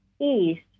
east